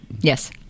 yes